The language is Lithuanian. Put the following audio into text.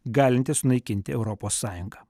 galintis sunaikinti europos sąjungą